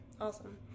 Awesome